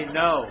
no